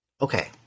Okay